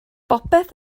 bopeth